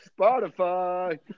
Spotify